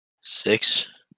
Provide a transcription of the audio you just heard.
six